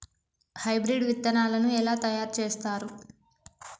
Hybrid విత్తనాలను ఎలా తయారు చేస్తారు?